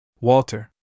Walter